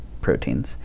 proteins